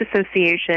Association